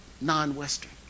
non-Western